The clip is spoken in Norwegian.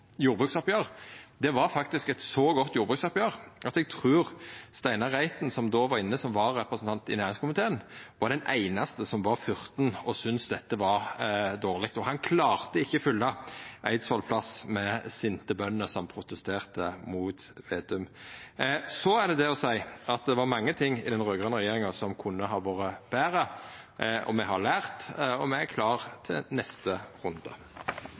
jordbruksoppgjer. Det var faktisk eit så godt jordbruksoppgjer at eg trur Steinar Reiten, som då var inne som vararepresentant i næringskomiteen, var den einaste som var furten og syntest dette var dårleg. Han klarte ikkje fylla Eidsvolls plass med sinte bønder som protesterte mot Slagsvold Vedum. Så er det det å seia at det var mange ting i den raud-grøne regjeringa som kunne ha vore betre. Me har lært, og me er klare til neste runde.